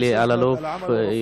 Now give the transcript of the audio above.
אלי אלאלוף,